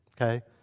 okay